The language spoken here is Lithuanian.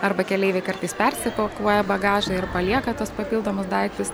arba keleiviai kartais persipakuoja bagažą ir palieka tuos papildomus daiktus